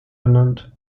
benannt